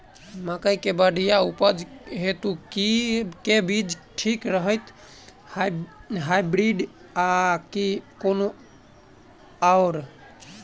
मकई केँ बढ़िया उपज हेतु केँ बीज ठीक रहतै, हाइब्रिड आ की कोनो आओर?